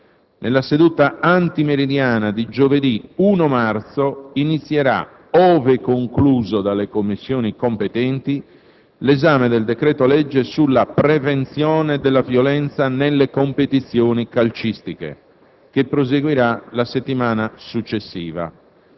Nella seduta antimeridiana di giovedì 1° marzo inizierà, ove concluso dalle Commissioni competenti, l'esame del decreto-legge sulla prevenzione della violenza nelle competizioni calcistiche, che proseguirà la settimana successiva.